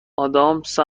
ادامس